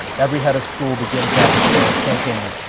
every head of school begins that year, thinking,